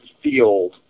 field